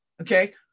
Okay